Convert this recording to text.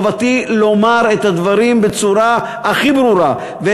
חובתי לומר את הדברים בצורה הכי ברורה,